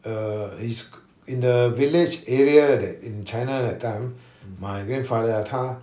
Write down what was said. err he's in the village area in china that time my grandfather ah 他